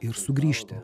ir sugrįžti